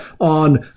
on